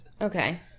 Okay